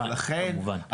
כמובן, כמובן.